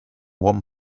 one